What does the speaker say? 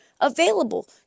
available